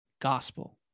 Gospel